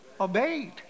obeyed